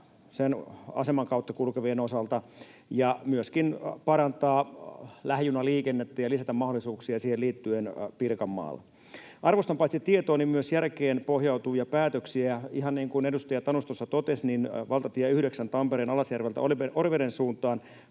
sen aseman kautta kulkevien osalta ja myöskin parantaa lähijunaliikennettä ja lisätä mahdollisuuksia siihen liittyen Pirkanmaalla. Arvostan paitsi tietoon myös järkeen pohjautuvia päätöksiä. Ihan niin kuin edustaja Tanus tuossa totesi, valtatie 9 Tampereen Alasjärveltä Oriveden suuntaan